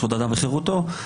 בוקר טוב.